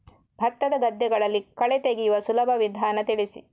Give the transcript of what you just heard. ಭತ್ತದ ಗದ್ದೆಗಳಲ್ಲಿ ಕಳೆ ತೆಗೆಯುವ ಸುಲಭ ವಿಧಾನ ತಿಳಿಸಿ?